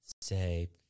say